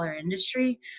industry